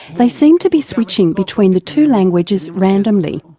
they seem to be switching between the two languages randomly.